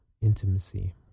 intimacy